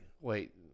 Wait